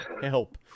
Help